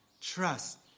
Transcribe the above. Trust